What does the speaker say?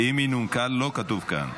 אם היא נומקה, לא כתוב כאן.